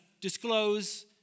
disclose